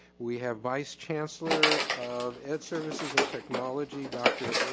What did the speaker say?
we have vice chancellor of ed services and technology, dr.